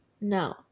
No